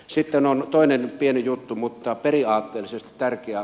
sitten on toinen pieni juttu mutta periaatteellisesti tärkeä